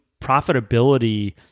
profitability